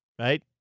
Right